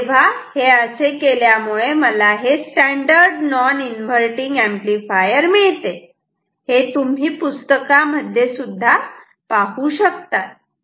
तेव्हा हे असे केल्यामुळे मला हे स्टॅंडर्ड नॉन इन्व्हर्टटिंग एंपलीफायर मिळते हे तुम्ही पुस्तकांमध्ये सुद्धा पाहू शकतात